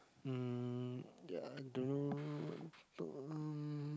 mm ya I don't know um